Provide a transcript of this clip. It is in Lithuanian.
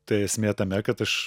tai esmė tame kad aš